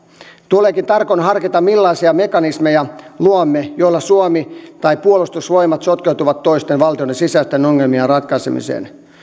tuleekin tarkoin harkita millaisia mekanismeja luomme joilla suomi tai puolustusvoimat sotkeutuvat toisten valtioiden sisäisten ongelmien ratkaisemiseen